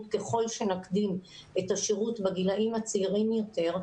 ככל שנקדים את השירות בגילים הצעירים יותר,